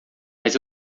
mas